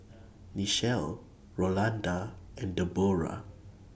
Nichelle Rolanda and Debroah